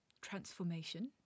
transformation